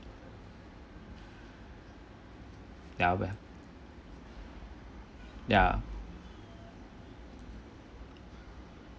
ya ya